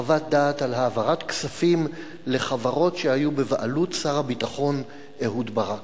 חוות דעת על העברת כספים לחברות שהיו בבעלות שר הביטחון אהוד ברק,